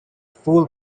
fool